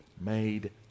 made